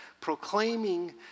proclaiming